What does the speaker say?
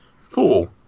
Four